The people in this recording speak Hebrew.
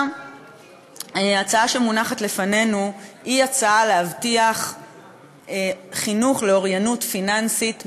ההצעה שמונחת לפנינו היא להבטיח חינוך לאוריינות פיננסית,